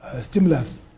stimulus